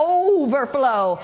overflow